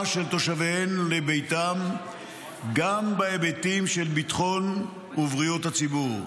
של תושביהן לביתם גם בהיבטים של ביטחון ובריאות הציבור,